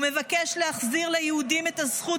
הוא מבקש להחזיר ליהודים את הזכות